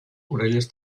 orelles